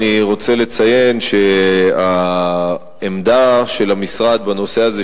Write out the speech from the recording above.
אני רוצה לציין שהעמדה של המשרד בנושא הזה,